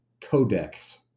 codex